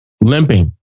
limping